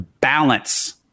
balance